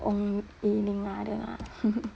ong yi ning ah that one ah